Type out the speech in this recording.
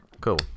cool